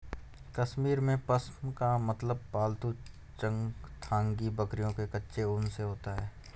कश्मीर में, पश्म का मतलब पालतू चंगथांगी बकरियों के कच्चे ऊन से होता है